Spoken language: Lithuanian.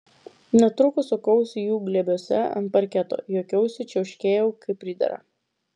netrukus sukausi jų glėbiuose ant parketo juokiausi čiauškėjau kaip pridera